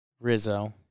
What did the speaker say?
Rizzo